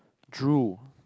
drool